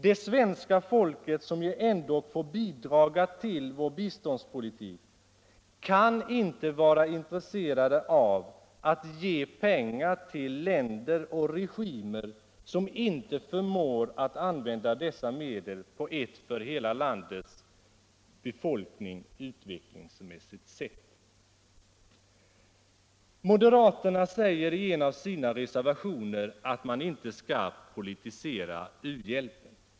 Det svenska folket, som ju ändå får bidra till vår biståndspolitik, kan inte vara intresserat av att ge pengar till länder och regimer som inte förmår att använda dessa medel på ett för hela landets befolkning utvecklingsmässigt riktigt sätt. Moderaterna säger i en av sina reservationer att man inte skall politisera u-hjälpen.